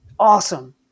Awesome